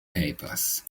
papers